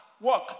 work